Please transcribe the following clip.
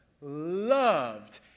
loved